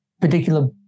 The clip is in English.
particular